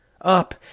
up